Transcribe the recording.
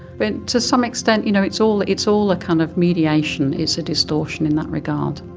but to some extent you know it's all it's all a kind of mediation, it's a distortion in that regard.